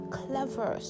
clever